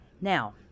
now